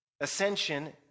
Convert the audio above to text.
ascension